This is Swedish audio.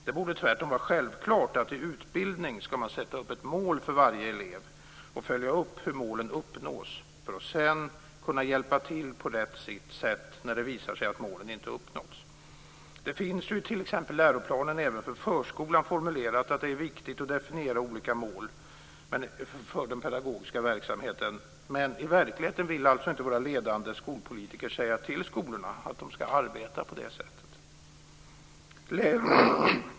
Det borde tvärtom vara självklart att man i utbildning ska sätta upp mål för varje elev och följa upp hur målen uppnås för att sedan kunna hjälpa till på rätt sätt när det visar sig att målen inte uppnåtts. Det finns även i t.ex. läroplanen för förskolan formulerat att det är viktigt att definiera olika mål för den pedagogiska verksamheten, men i verkligheten vill inte våra ledande skolpolitiker säga till skolorna att de ska arbeta på det sättet.